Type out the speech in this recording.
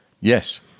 Yes